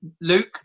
Luke